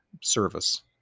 service